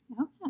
Okay